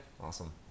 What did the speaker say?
Awesome